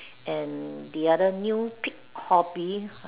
and the other new pick hobby